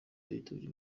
yitabye